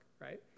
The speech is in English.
right